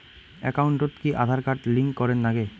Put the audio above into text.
একাউন্টত কি Aadhaar card link করের নাগে?